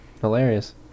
Hilarious